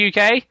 UK